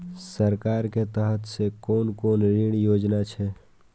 सरकार के तरफ से कोन कोन ऋण योजना छै?